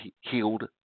healed